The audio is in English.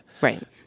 right